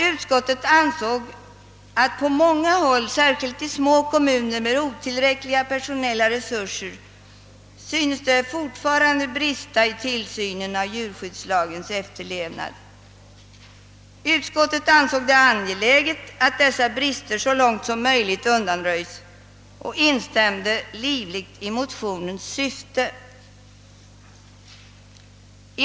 Utskottet framhöll att på många håll, särskilt i små kommuner med otillräckliga personella resurser, synes det forifarande brista i tillsynen av djurskyddslagens efterlevnad, och utskottet fann det angeläget att dessa brister så långt som möjligt undanröjdes samt instämde livligt i motionens syfte.